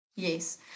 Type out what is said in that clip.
Yes